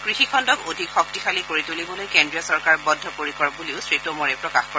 কৃষিখণ্ডক অধিক শক্তিশালী কৰি তুলিবলৈ কেড্ৰীয় চৰকাৰ বদ্ধপৰিকৰ বুলিও শ্ৰীটোমৰে প্ৰকাশ কৰে